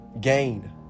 gain